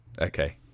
Okay